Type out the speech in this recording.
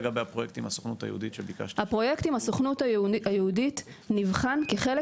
הפרויקט עם הסוכנות היהודית נבחן כחלק